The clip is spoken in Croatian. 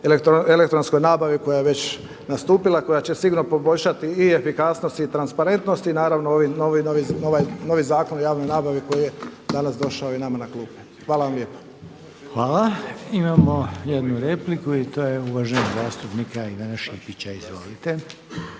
elektronskoj nabavi koja je već nastupila koja će sigurno poboljšali efikasnost i transparentnost i naravno ovaj novi Zakon o javnoj nabavi koji je danas došao i nama na klupe. Hvala vam lijepa. **Reiner, Željko (HDZ)** Hvala. Imamo jednu repliku i to je uvaženog zastupnika Ivana Šipića. Izvolite.